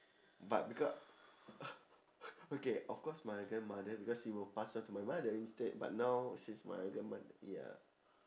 but because okay of course my grandmother because she will pass on to my mother instead but now she's my grandmother ya